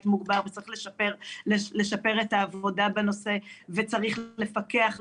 מוגבר וצריך לשפר את העבודה בנושא וצריך לפקח,